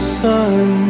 sun